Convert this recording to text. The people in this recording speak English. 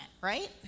right